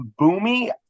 Boomy